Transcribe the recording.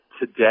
today